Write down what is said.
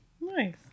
Nice